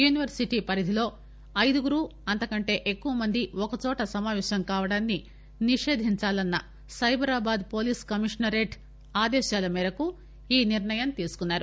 university పరిధిలో ఐదుగురు అంతకంటే ఎక్కువ మంది ఒకచోట సమాపేశం కావడాన్ని నిషేధించాలన్న సైబరాబాద్ పోలీస్ కమిషనరేట్ ఆదేశాల మేరకు ఈ నిర్ణయం తీసుకున్నారు